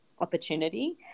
opportunity